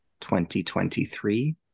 2023